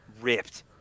ripped